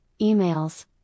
emails